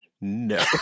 No